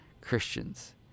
Christians